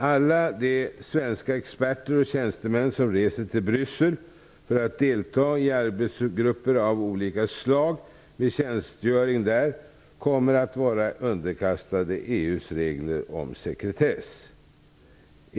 Alla de svenska experter och tjänstemän som reser till Bryssel för att delta i arbetsgrupper av olika slag med tjänstgöring där kommer att vara underkastade EU:s regler om sekretess.